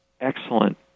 excellent